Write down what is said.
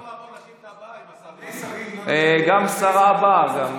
אני יכול לעבור לשאילתה הבאה, אם, גם השרה הבאה.